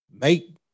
make